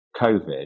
COVID